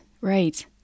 right